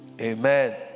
Amen